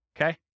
okay